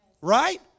Right